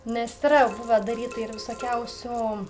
nes yra buvę daryta ir visokiausių